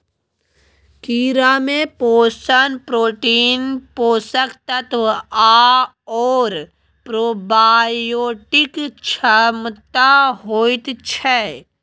कीड़ामे पोषण प्रोटीन, पोषक तत्व आओर प्रोबायोटिक क्षमता होइत छै